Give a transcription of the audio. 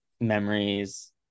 memories